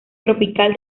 tropical